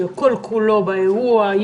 שכל כולו באירוע,